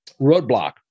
roadblock